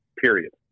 period